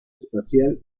espacial